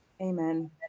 Amen